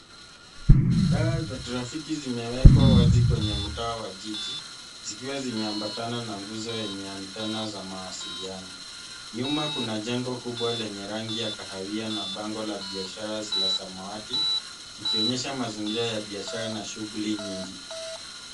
Taa za trafiki zimewekwa wazi kwenye mtaa wa jiji zikiwa zimeambatana na nguzo yenye antenna za mawasiliano. Nyuma kuna jengo kubwa lenye rangi ya kahawia na bango la biashara la samawati ikionyesha mazingira ya biashara na shughuli nyingi.